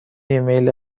ایمیل